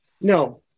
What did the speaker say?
No